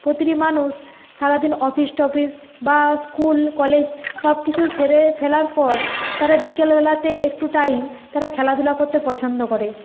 প্রতিটি মানুষ সারাদিন অফিস টফিস বা স্কুল কলেজ সব কিছু সেরে ফেলার পর তারা বিকেল বেলাতে একটু টাইম তারা খেলাধুলা করতে পছন্দ করে